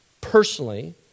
personally